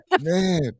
Man